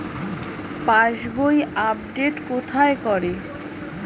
পাসবই update কোথায় করে?